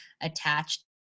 attached